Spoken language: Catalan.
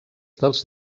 dels